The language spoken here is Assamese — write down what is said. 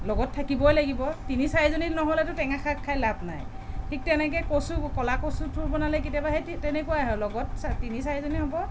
লগত থাকিবই লাগিব তিনি চাৰিজনী নহ'লে ত' টেঙা খাই লাভ নাই ঠিক তেনেকে কচু ক'লা কচু থোৰ বনালে কেতিয়াবা সেই তেনেকুৱাই হয় লগত তিনি চাৰিজনী হ'ব